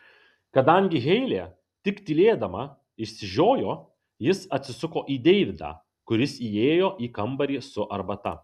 kadangi heilė tik tylėdama išsižiojo jis atsisuko į deividą kuris įėjo į kambarį su arbata